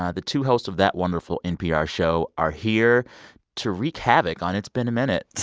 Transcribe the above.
ah the two hosts of that wonderful npr show are here to wreak havoc on it's been a minute.